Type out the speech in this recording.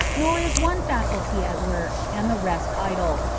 nor is one faculty at work and the rest idle,